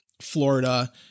Florida